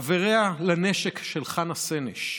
חבריה לנשק של חנה סנש,